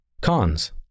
Cons